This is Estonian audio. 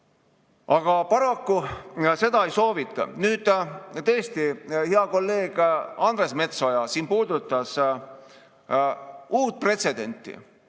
Aga paraku seda ei soovita. Hea kolleeg Andres Metsoja siin puudutas uut pretsedenti.